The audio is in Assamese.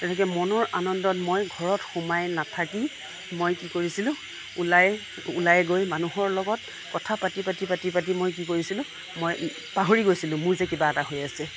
তেনেকৈ মনৰ আনন্দত মই ঘৰত সোমাই নাথাকি মই কি কৰিছিলোঁ ওলাই ওলাই গৈ মানুহৰ লগত কথা পাতি পাতি পাতি মই কি কৰিছিলোঁ মই পাহৰি গৈছিলোঁ মোৰ যে কিবা এটা হৈ আছে